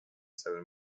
seven